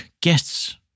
guests